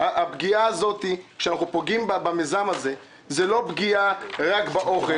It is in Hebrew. הפגיעה שאנחנו פוגעים במיזם הזה היא לא פגיעה רק באוכל.